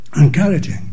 Encouraging